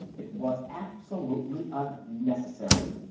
it was absolutely unnecessary!